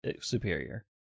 superior